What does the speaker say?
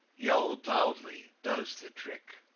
yelled loudly, does the trick?